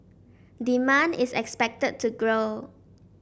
demand is expected to grow